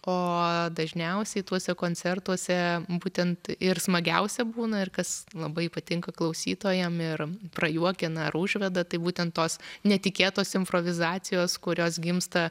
o dažniausiai tuose koncertuose būtent ir smagiausia būna ir kas labai patinka klausytojam ir prajuokina ar užveda tai būtent tos netikėtos improvizacijos kurios gimsta